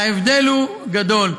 ההבדל הוא גדול.